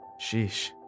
Sheesh